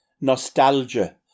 nostalgia